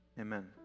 Amen